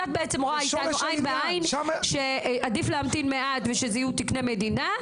את רואה אתנו עין בעין שעדיף להמתין מעט ושאלו יהיו תקני מדינה,